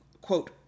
quote